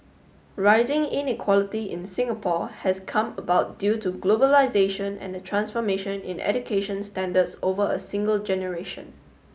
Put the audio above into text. rising inequality in Singapore has come about due to globalisation and the transformation in education standards over a single generation